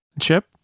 Chip